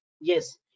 Yes